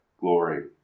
glory